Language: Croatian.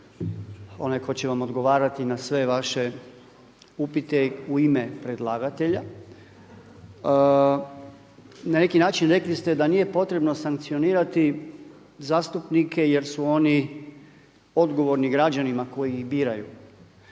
onaj tko će vam odgovarati na sve vaše u ime predlagatelja. Na neki način rekli ste da nije potrebno sankcionirati zastupnike, jer su oni odgovorni građanima koji ih biraju.